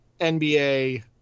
NBA